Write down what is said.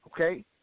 Okay